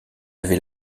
avait